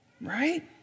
Right